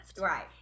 Right